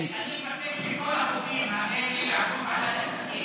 אני מבקש שכל החוקים האלה יעברו לוועדת הכספים.